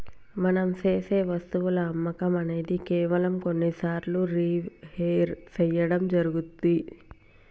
మనం సేసె వస్తువుల అమ్మకం అనేది కేవలం కొన్ని సార్లు రిహైర్ సేయడం జరుగుతుంది